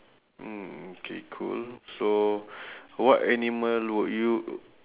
mm okay cool so what animal would you